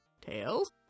Tails